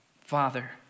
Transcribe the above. Father